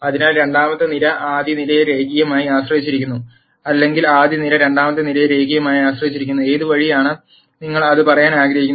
അതിനാൽ രണ്ടാമത്തെ നിര ആദ്യ നിരയെ രേഖീയമായി ആശ്രയിച്ചിരിക്കുന്നു അല്ലെങ്കിൽ ആദ്യ നിര രണ്ടാമത്തെ നിരയെ രേഖീയമായി ആശ്രയിച്ചിരിക്കുന്നു ഏത് വഴിയാണ് നിങ്ങൾ അത് പറയാൻ ആഗ്രഹിക്കുന്നത്